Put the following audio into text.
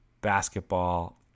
basketball